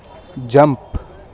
jump